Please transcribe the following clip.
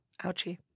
ouchie